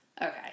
Okay